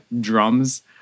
drums